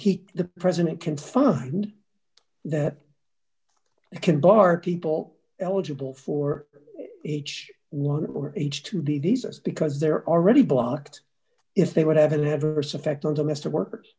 he the president can find that it can bark people eligible for each one h two b visas because they're already blocked if they would have d an adverse effect on domestic workers